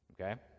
okay